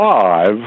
five